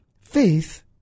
faith